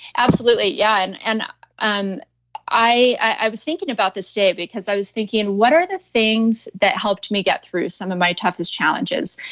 absolutely, yeah. yeah. and and um i i was thinking about this day because i was thinking, and what are the things that helped me get through some of my toughest challenges?